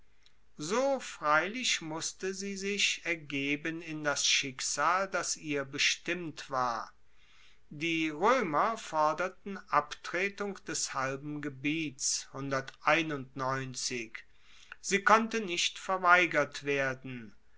so freilich musste sie sich ergeben in das schicksal das ihr bestimmt war die roemer forderten abtretung des halben gebiets sie konnte nicht verweigert werden